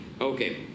Okay